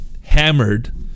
hammered